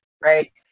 right